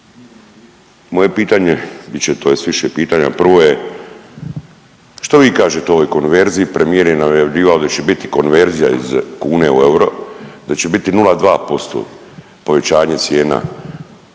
moje pitanje bit će tj. više pitanja. Prvo je što vi kažete o ovoj konverziji, premijer je najavljivao da će biti konverzija iz kune u euro, da će biti 0,2% povećanje cijena.